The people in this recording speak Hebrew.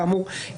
כאמור,